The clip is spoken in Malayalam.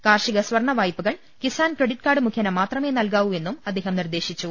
കാർഷിക സ്യർണ പ്രവായ്പകൾ കിസാൻക്രഡിറ്റ് കാർഡ് മുഖേന മാത്രമേ നൽകാവൂ എന്നും അദ്ദേഹം നിർദേശിച്ചു